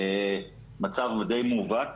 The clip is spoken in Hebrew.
המצב הוא די מובהק.